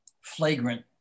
flagrant